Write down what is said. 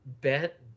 bet